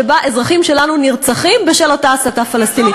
שבה אזרחים שלנו נרצחים בשל אותה הסתה פלסטינית.